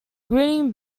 grinning